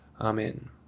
Amen